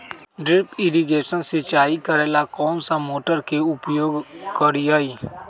Drip irrigation सिंचाई करेला कौन सा मोटर के उपयोग करियई?